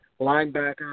linebacker